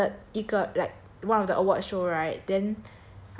he attended 一个 like one of the award show right then